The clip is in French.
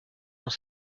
dans